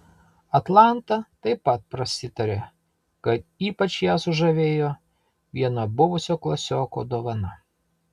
atlanta taip pat prasitarė kad ypač ją sužavėjo vieno buvusio klasioko dovana